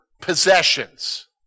possessions